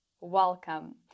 Welcome